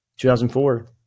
2004